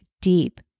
deep